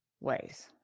ways